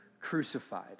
crucified